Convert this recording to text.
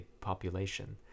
population